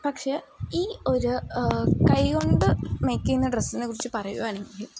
പക്ഷെ ഈ ഒരു കൈ കൊണ്ട് മേക്ക് ചെയ്യുന്ന ഡ്രസ്സിനെക്കുറിച്ച് പറയുകയാണെങ്കിൽ